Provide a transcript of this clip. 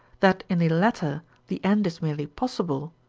that in the latter the end is merely possible,